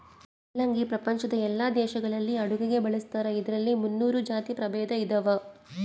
ಮುಲ್ಲಂಗಿ ಪ್ರಪಂಚದ ಎಲ್ಲಾ ದೇಶಗಳಲ್ಲಿ ಅಡುಗೆಗೆ ಬಳಸ್ತಾರ ಇದರಲ್ಲಿ ಮುನ್ನೂರು ಜಾತಿ ಪ್ರಭೇದ ಇದಾವ